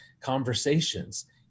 conversations